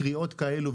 קריאות כאלו,